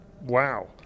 wow